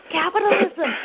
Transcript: capitalism